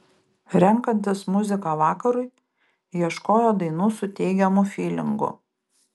renkantis muziką vakarui ieškojo dainų su teigiamu fylingu